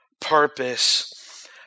purpose